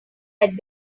had